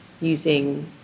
using